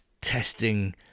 testing